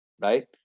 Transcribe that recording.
right